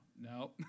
no